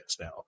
now